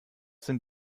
sind